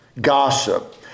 gossip